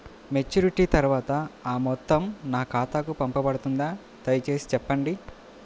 Maturity తర్వాత ఆ మొత్తం నా ఖాతాకు పంపబడుతుందా? దయచేసి చెప్పండి?